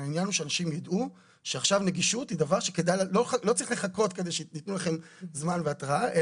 העניין הוא שאנשים ידעו שלא צריך לחכות כדי שייתנו לכם זמן והתראה,